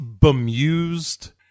bemused